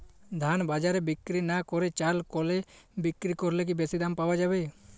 ধান বাজারে বিক্রি না করে চাল কলে বিক্রি করলে কি বেশী দাম পাওয়া যাবে?